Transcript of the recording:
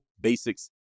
basics